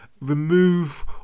remove